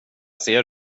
ser